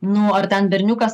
nu ar ten berniukas